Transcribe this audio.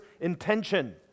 intention